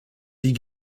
die